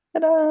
Ta-da